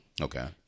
Okay